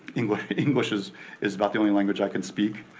english english is is about the only language i can speak.